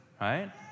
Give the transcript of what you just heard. right